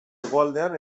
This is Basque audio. hegoaldean